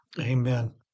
Amen